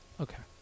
Okay